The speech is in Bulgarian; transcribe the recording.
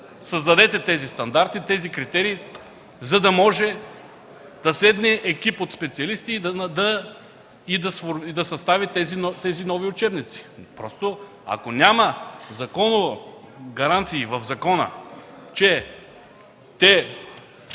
създадете тези стандарти, тези критерии, за да може да седне екип от специалисти и да състави тези нови учебници? Ако няма гаранции в закона, че този